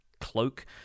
cloak